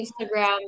Instagram